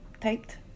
taped